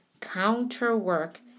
counterwork